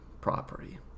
property